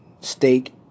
Steak